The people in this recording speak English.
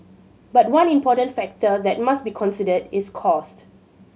but one important factor that must be considered is cost